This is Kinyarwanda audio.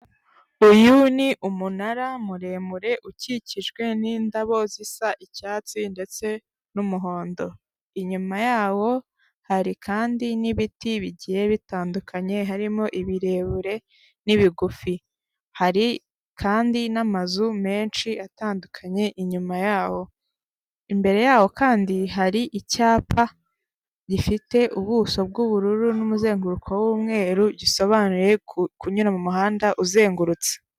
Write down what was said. Uyu ni umunara muremure ukikijwe n'indabo zisa icyatsi ndetse n'umuhondo, inyuma yawo hari kandi n'ibiti bigiye bitandukanye harimo ibirebire n'ibigufi, hari kandi n'amazu menshi atandukanye inyuma yawo, imbere yawo kandi hari icyapa gifite ubuso bw'ubururu n'umuzenguruko w'umweru gisobanuye kunyura mu muhanda uzengurutse.